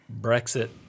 Brexit